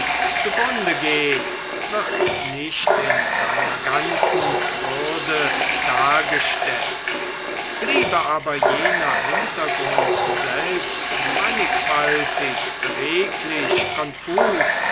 zugrunde geht wird nicht in seiner ganzen würde dargestellt bliebe aber jener hintergrund selbst mannigfaltig beweglich konfus